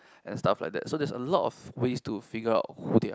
and stuff like that so there's a lot of ways to figure out who they are